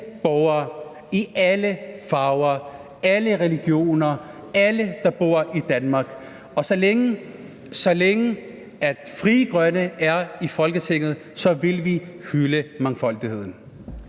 borgere i alle farver, alle religioner, alle, der bor i Danmark, og så længe Frie Grønne er i Folketinget, vil vi hylde mangfoldigheden.